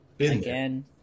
Again